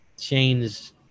change